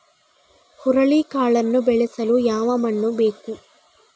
ಹುರುಳಿಕಾಳನ್ನು ಬೆಳೆಸಲು ಯಾವ ಮಣ್ಣು ಬೇಕು?